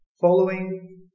Following